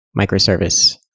microservice